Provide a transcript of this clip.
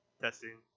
Testing